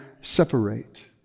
separate